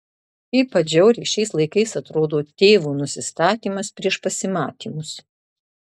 ypač žiauriai šiais laikais atrodo tėvo nusistatymas prieš pasimatymus